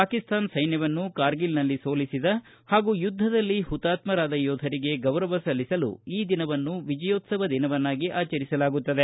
ಪಾಕಿಸ್ತಾನ ಸೈನ್ವವನ್ನು ಕಾರ್ಗಿಲ್ನಲ್ಲಿ ಸೋಲಿಸಿದ ಹಾಗೂ ಯುದ್ದದಲ್ಲಿ ಪುತಾತ್ಮರಾದ ಯೋಧರಿಗೆ ಗೌರವ ಸಲ್ಲಿಸಲು ಈ ದಿನವನ್ನು ವಿಜಯೋತ್ಸವ ದಿನವಾಗಿ ಆಚರಿಸಲಾಗುತ್ತದೆ